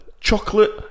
Chocolate